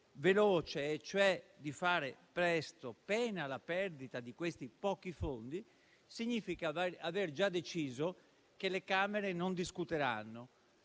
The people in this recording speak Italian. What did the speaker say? veloce, cioè di fare presto, pena la perdita di questi pochi fondi, significa aver già deciso che le Camere non discuteranno